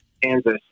Kansas